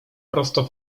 prosto